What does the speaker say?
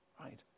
right